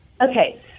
Okay